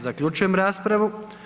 Zaključujem raspravu.